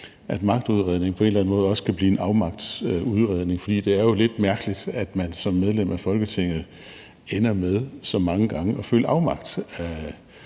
at magtudredningen på en eller anden måde også kan blive en afmagtsudredning. For det er jo lidt mærkeligt, at man som medlem af Folketinget ender med at føle afmagt